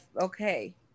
okay